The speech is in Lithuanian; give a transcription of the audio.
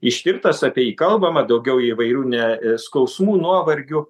ištirtas apie jį kalbama daugiau įvairių ne skausmų nuovargių